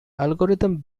algorithm